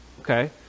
okay